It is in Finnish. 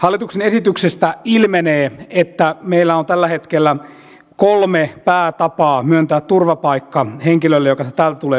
hallituksen esityksestä ilmenee että meillä on tällä hetkellä kolme päätapaa myöntää turvapaikka henkilölle joka sitä täältä tulee pyytämään